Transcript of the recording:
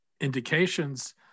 indications